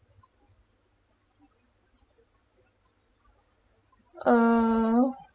uh